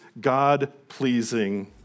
God-pleasing